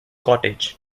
cottage